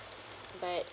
but